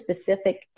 specific